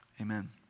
Amen